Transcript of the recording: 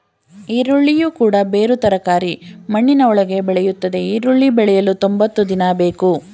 ಈರುಳ್ಳಿಯು ಕೂಡ ಬೇರು ತರಕಾರಿ ಮಣ್ಣಿನ ಒಳಗೆ ಬೆಳೆಯುತ್ತದೆ ಈರುಳ್ಳಿ ಬೆಳೆಯಲು ತೊಂಬತ್ತು ದಿನ ಬೇಕು